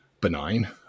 benign